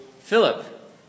Philip